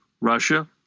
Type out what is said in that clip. Russia